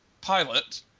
pilot